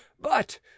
But—